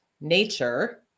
nature